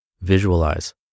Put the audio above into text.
visualize